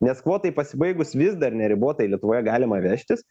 nes kvotai pasibaigus vis dar neribotai lietuvoje galima vežtis